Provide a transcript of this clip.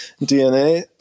DNA